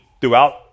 throughout